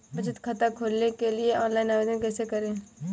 बचत खाता खोलने के लिए ऑनलाइन आवेदन कैसे करें?